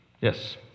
Yes